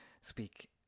speak